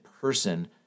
person